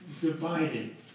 divided